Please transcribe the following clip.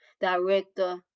director